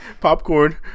popcorn